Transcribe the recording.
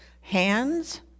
hands